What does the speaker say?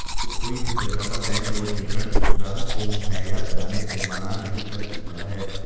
कोई भी करदाता बैंक लोन विवरण ग्राहक को मुहैया कराने से मना नहीं कर सकता है